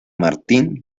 martín